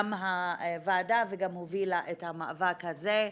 הוועדה וגם הובילה את המאבק הזה,